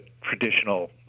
traditional